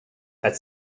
that